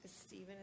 Stephen